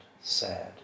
sad